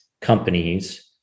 companies